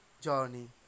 journey